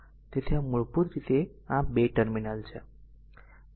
તેથી મૂળભૂત રીતે આ 2 ટર્મિનલ છે